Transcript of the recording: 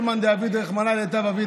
"כל מאן דעביד רחמנא לטב עביד",